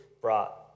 brought